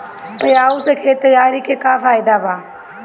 Plough से खेत तैयारी के का फायदा बा?